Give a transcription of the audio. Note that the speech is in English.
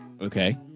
Okay